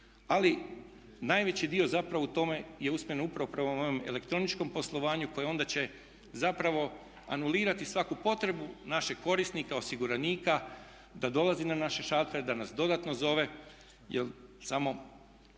ali najveći dio zapravo u tome je usmjeren upravo prema ovom elektroničkom poslovanju koje onda će zapravo anulirati svaku potrebu našeg korisnika, osiguranika da dolazi na naše šaltere, da nas dodatno zove. Jer samo,